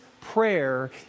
prayer